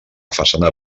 façana